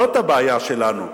זאת הבעיה שלנו,